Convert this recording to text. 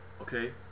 okay